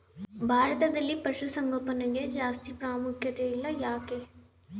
ಭಾರತದಲ್ಲಿ ಪಶುಸಾಂಗೋಪನೆಗೆ ಜಾಸ್ತಿ ಪ್ರಾಮುಖ್ಯತೆ ಇಲ್ಲ ಯಾಕೆ?